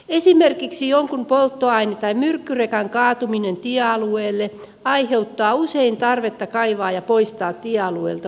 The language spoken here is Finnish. esimerkiksi jonkun polttoaine tai myrkkyrekan kaatuminen tiealueelle aiheuttaa usein tarvetta kaivaa ja poistaa tiealueelta maamassoja